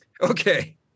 Okay